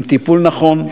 עם טיפול נכון,